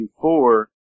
four